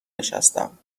نشستم